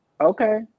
okay